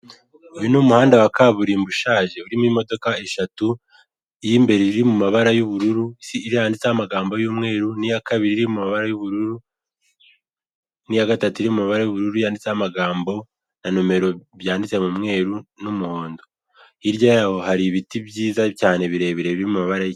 Uyu ni umuhanda w'akaburimbo ushaje urimo imodoka eshatu, iy'imbere iri mu mabara y'ubururu, iriya yanditseho amagambo y'umweru, n'iya kabiri iri mu mabara y'ubururu n'igatatu iri mu mabara y'ubururu yandisteho amagambo na nimero byanditse mu mweru n'umuhondo, hirya yaho hari ibiti byiza cyane birebire biri mu mabara y'